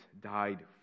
died